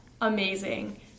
Amazing